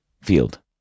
field